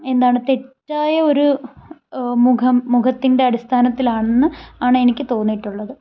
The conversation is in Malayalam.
എന്താണ് തെറ്റായ ഒരു മുഖം മുഖത്തിൻ്റെ അടിസ്ഥാനത്തിലാണെന്ന് ആണ് എനിക്ക് തോന്നിയിട്ടുള്ളത്